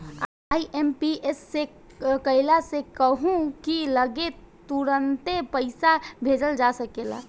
IMPS से कइला से कहू की लगे तुरंते पईसा भेजल जा सकेला